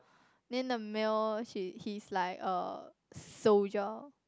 then the male she he is like uh soldier